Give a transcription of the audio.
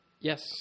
Yes